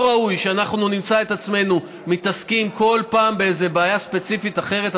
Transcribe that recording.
לא ראוי שאנחנו נמצא את עצמנו כל פעם מתעסקים באיזו בעיה ספציפית אחרת.